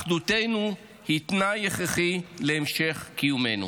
אחדותנו היא תנאי הכרחי להמשך קיומנו.